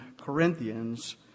Corinthians